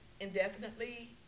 indefinitely